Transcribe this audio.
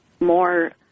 More